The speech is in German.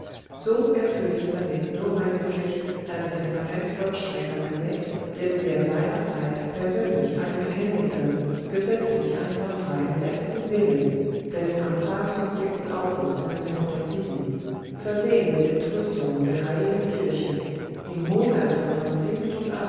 so erfülle ich damit nur meine pflicht als testamentsvollstrecker gemäß dem mir seinerzeit persönlich eingehändigten gesetzlich einwandfreien letzten willen des am august versehen mit den tröstungen der hl kirche im hohen alter von